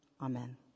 Amen